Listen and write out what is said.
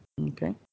Okay